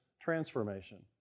transformation